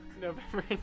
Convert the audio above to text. november